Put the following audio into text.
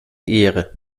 ehre